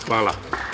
Hvala.